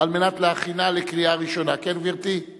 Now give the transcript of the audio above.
תוספת מענק לפדויי שבי קשישים),